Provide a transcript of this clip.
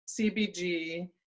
CBG